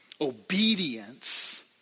Obedience